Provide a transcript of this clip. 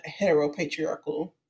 heteropatriarchal